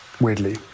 weirdly